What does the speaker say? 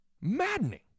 Maddening